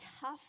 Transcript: tough